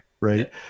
right